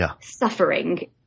suffering